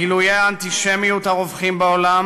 גילויי האנטישמיות הרווחים בעולם